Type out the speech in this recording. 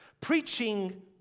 Preaching